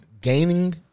gaining